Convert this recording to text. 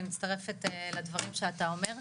אני מצטרפת לדברים שאתה אומר,